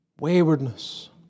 Waywardness